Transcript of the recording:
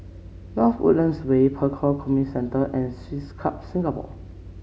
North Woodlands Way Pek Kio Community Centre and Swiss Club Singapore